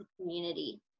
community